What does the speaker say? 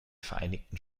vereinigten